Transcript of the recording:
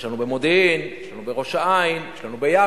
יש לנו במודיעין, יש לנו בראש-העין, יש לנו ביבנה.